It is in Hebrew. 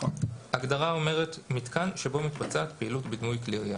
ההגדרה אומרת "מתקן שבו מתבצעת פעילות בדמוי כלי ירייה".